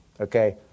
Okay